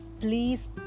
please